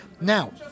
Now